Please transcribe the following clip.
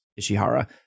Ishihara